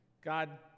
God